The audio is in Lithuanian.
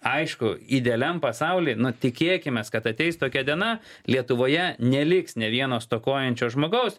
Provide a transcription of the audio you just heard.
aišku idealiam pasauly nu tikėkimės kad ateis tokia diena lietuvoje neliks nė vieno stokojančio žmogaus